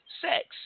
sex